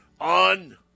on